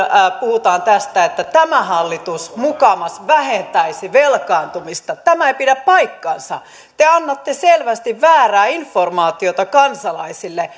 puhutaan tästä että tämä hallitus mukamas vähentäisi velkaantumista tämä ei pidä paikkaansa te annatte selvästi väärää informaatiota kansalaisille